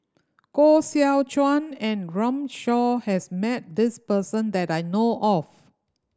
Koh Seow Chuan and Runme Shaw has met this person that I know of